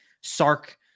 Sark